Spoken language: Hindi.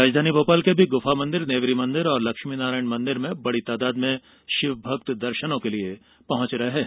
राजधानी भोपाल के गुफा मंदिर नेवरी मंदिर और लक्ष्मीनारायण मंदिर में शिवभक्त दर्शनों के लिए पहंच रहे हैं